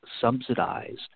subsidized